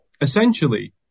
essentially